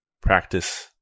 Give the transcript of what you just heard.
practice